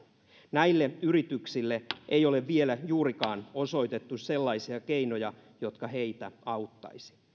näille yrityksille ei ole vielä juurikaan osoitettu sellaisia keinoja jotka heitä auttaisivat